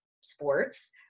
sports